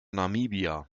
namibia